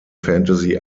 fantasy